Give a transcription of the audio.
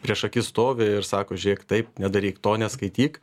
priešaky stovi ir sako žiūrėk taip nedaryk to neskaityk